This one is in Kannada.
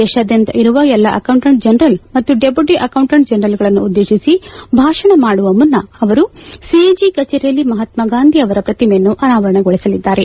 ದೇಶಾದ್ಯಂತ ಇರುವ ಎಲ್ಲ ಅಕೌಂಟೆಂಟ್ ಜನರಲ್ ಮತ್ತು ಡೆಪ್ಲೂಟಿ ಅಕೌಂಟೆಂಟ್ ಜನರಲ್ಗಳನ್ನು ಉದ್ದೇಶಿಸಿ ಭಾಷಣ ಮಾಡುವ ಮುನ್ನ ಅವರು ಸಿಎಜಿ ಕಚೇರಿಯಲ್ಲಿ ಮಹಾತ್ಮಾಗಾಂಧಿ ಅವರ ಪ್ರತಿಮೆಯನ್ನು ಅನಾವರಣಗೊಳಿಸಲಿದ್ದಾರೆ